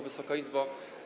Wysoka Izbo!